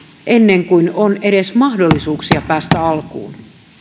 ennen kuin on edes mahdollisuuksia päästä alkuun